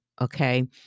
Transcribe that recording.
Okay